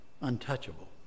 untouchable